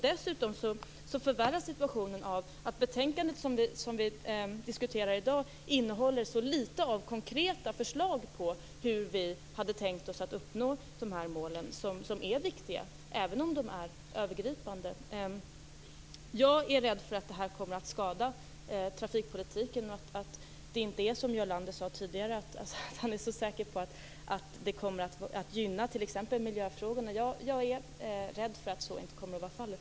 Dessutom förvärras situationen av att betänkandet vi diskuterar i dag innehåller så litet av konkreta förslag på hur vi hade tänkt oss att uppnå målen. De är viktiga, även om de är övergripande. Jag är rädd för att det här kommer att skada trafikpolitiken och att det inte är som Jarl Lander sade tidigare. Han var säker på att det kommer att gynna t.ex. miljöfrågorna. Jag är rädd för att så inte kommer att vara fallet.